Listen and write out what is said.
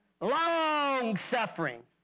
long-suffering